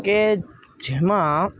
કે જેમાં